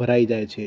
ભરાઈ જાય છે